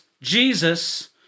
Jesus